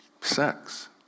sex